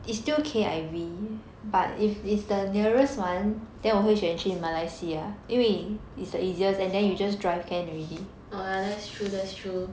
oh ya that's true that's true